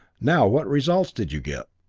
now, what results did you get?